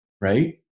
right